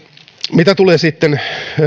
mitä tulee sitten